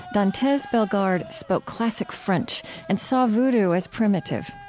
dantes bellegarde spoke classic french and saw vodou as primitive.